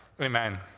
amen